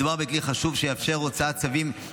מדובר בכלי חשוב שיאפשר הוצאות צווים